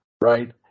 Right